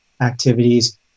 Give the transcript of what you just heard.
activities